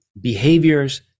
behaviors